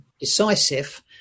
decisive